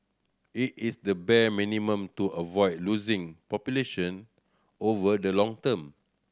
it is the bare minimum to avoid losing population over the long term